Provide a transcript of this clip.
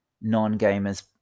non-gamers